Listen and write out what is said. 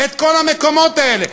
את כל המקומות האלה?